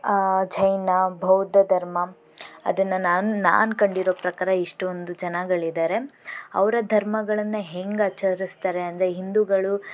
ಜೈನ ಬೌದ್ಧ ಧರ್ಮ ಅದನ್ನು ನಾನು ನಾನು ಕಂಡಿರೋ ಪ್ರಕಾರ ಇಷ್ಟೊಂದು ಜನಗಳಿದ್ದಾರೆ ಅವರ ಧರ್ಮಗಳನ್ನು ಹೇಗೆ ಆಚರಿಸ್ತಾರೆ ಅಂದರೆ ಹಿಂದೂಗಳು